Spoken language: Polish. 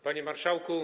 Panie Marszałku!